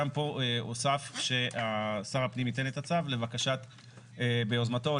גם פה הוסף ששר הפנים ייתן את הצו ביוזמתו או